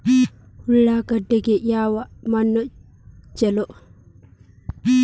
ಉಳ್ಳಾಗಡ್ಡಿಗೆ ಯಾವ ಮಣ್ಣು ಛಲೋ?